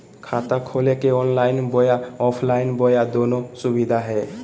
खाता खोले के ऑनलाइन बोया ऑफलाइन बोया दोनो सुविधा है?